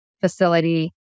facility